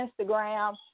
Instagram